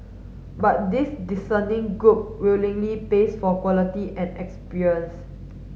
but this discerning group willingly pays for quality and experience